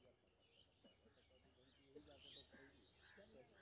हम आपन खेत के ताकत बढ़ाय के लेल कोन उपाय करिए?